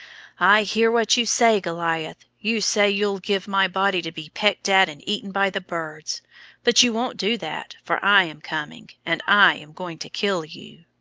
i hear what you say, goliath. you say you'll give my body to be pecked at and eaten by the birds but you won't do that, for i am coming, and i am going to kill you.